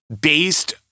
based